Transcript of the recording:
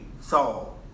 Saul